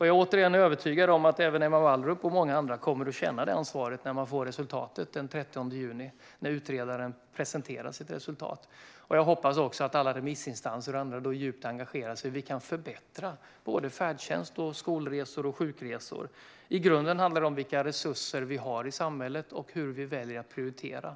Jag är, återigen, övertygad om att även Emma Wallrup och många andra kommer att känna det ansvaret när vi får resultatet den 30 juni, då utredningen ska presentera sitt resultat. Jag hoppas också att alla remissinstanser och andra då engagerar sig djupt i hur vi kan förbättra såväl färdtjänst och skolresor som sjukresor. I grunden handlar det om vilka resurser vi har i samhället och hur vi väljer att prioritera.